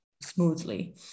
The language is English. smoothly